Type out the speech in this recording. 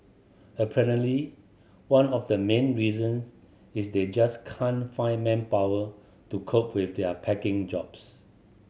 apparently one of the main reasons is they just can't find manpower to cope with their packing jobs